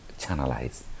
channelize